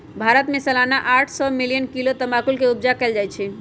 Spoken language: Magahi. भारत में सलाना आठ सौ मिलियन किलो तमाकुल के उपजा कएल जाइ छै